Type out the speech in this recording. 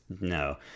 no